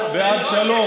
אנחנו בעד שלום.